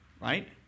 right